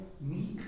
meek